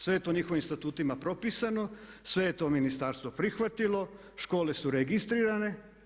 Sve je to njihovim statutima propisano, sve je to ministarstvo prihvatilo, škole su registrirane.